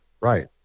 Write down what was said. Right